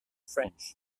french